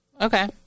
Okay